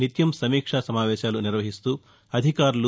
నిత్యం సమీక్ష సమావేశాలు నిర్వహిస్తూ అధికారులు